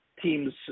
teams